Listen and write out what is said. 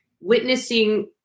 witnessing